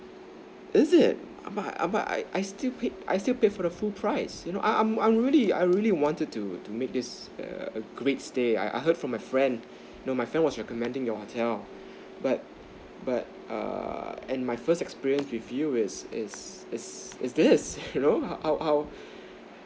is it but I but I I still pay I still pay for the full price you know I'm I'm really I'm really wanted to to to make this err a great stay I I heard from my friend you know my friend was recommending your hotel but but err and my first experience with you is is is is this you know how how how